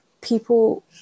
people